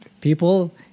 people